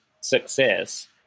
success